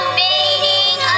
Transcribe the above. meaning